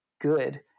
good